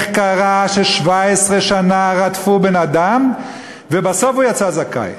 קרה ש-17 שנה רדפו בן-אדם ובסוף הוא יצא זכאי.